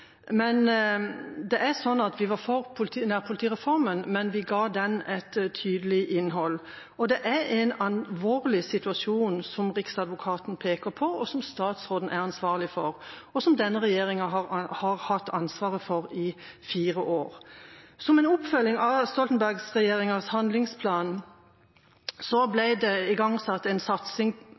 Vi var for nærpolitireformen, men vi ga den et tydelig innhold, og det er en alvorlig situasjon som Riksadvokaten peker på, som statsråden er ansvarlig for, og som denne regjeringa har hatt ansvaret for i fire år. Som en oppfølging av Stoltenberg-regjeringas handlingsplan ble det igangsatt en satsing